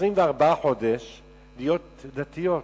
24 חודש להיות דתיות.